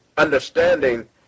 understanding